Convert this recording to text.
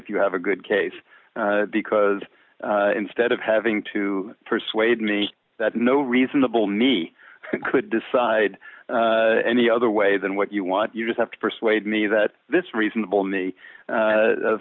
if you have a good case because instead of having to persuade me that no reasonable me could decide any other way than what you want you just have to persuade me that this reasonable me